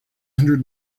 hundred